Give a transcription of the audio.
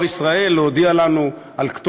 אני מודה לך, אדוני היושב-ראש, על הגמישות שבה